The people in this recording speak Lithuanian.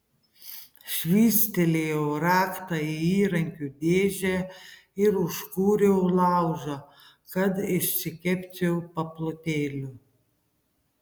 švystelėjau raktą į įrankių dėžę ir užkūriau laužą kad išsikepčiau paplotėlių